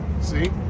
See